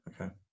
okay